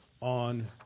on